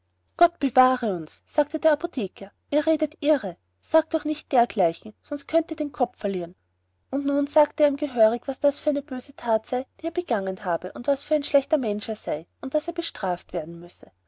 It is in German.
gott bewahre uns sagte der apotheker ihr redet irre sagt doch nicht dergleichen sonst könnt ihr den kopf verlieren und nun sagte er ihm gehörig was das für eine böse that sei die er begangen habe und was für ein schlechter mensch er sei und daß er bestraft werden müsse